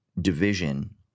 division